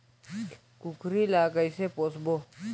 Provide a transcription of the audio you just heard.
कूकरी ला कइसे पोसबो?